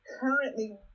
currently